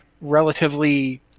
relatively